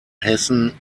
hessen